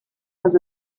was